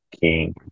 king